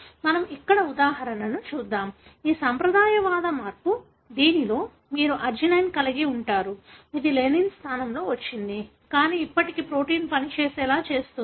మనం ఇక్కడ ఉదాహరణకు చూద్దాం ఈ సంప్రదాయవాద మార్పు దీనిలో మీరు అర్జినిన్ కలిగి ఉంటారు ఇది లైసిన్ స్థానంలో వచ్చింది కానీ ఇప్పటికీ ప్రోటీన్ పనిచేసేలా చేస్తుంది